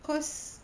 cause